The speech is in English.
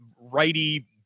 righty